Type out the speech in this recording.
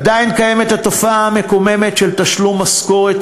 עדיין קיימת התופעה המקוממת של תשלום משכורות